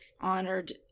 honored